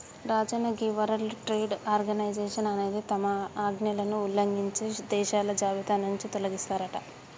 రాజన్న గీ world trade organisation అనేది తమ ఆజ్ఞలను ఉల్లంఘించే దేశాల జాబితా నుంచి తొలగిస్తారట